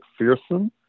McPherson